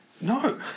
No